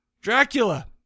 Dracula